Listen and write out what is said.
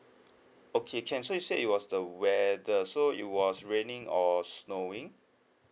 okay can so it said it was the weather so it was raining or snowing